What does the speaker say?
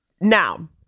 Now